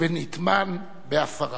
ונטמן בעפרה.